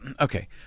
okay